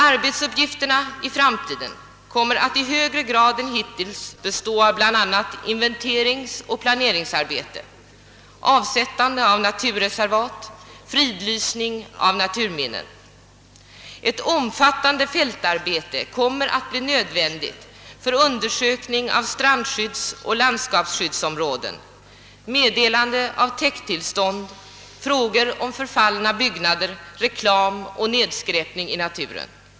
Arbetsuppgifterna i framtiden kommer att i högre grad än hittills bestå av bl.a. inventering och planering, avsättande av naturreservat och fridlysning av naturminnen. Ett omfattande fältarbete kommer att bli nödvändigt för undersökning av strandskyddsoch landskapsskyddsområden, meddelande av täkttillstånd och frågor om förfallna byggnader, reklam och nedskräpning i naturen.